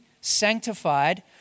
sanctified